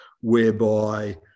whereby